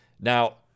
Now